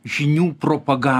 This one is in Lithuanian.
žinių propaga